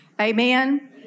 Amen